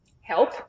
help